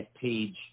page